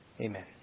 Amen